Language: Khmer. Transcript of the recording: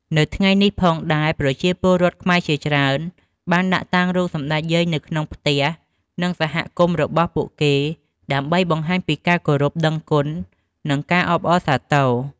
នៅថ្ងៃនេះផងដែរប្រជាពលរដ្ឋខ្មែរជាច្រើនបានដាក់តាំងរូបសម្តេចយាយនៅក្នុងផ្ទះ និងសហគមន៍របស់ពួកគេដើម្បីបង្ហាញពីការគោរពដឹងគុណនិងការអបអរសាទរ។